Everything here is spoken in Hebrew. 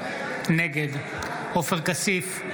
נגד עופר כסיף,